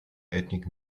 ethnic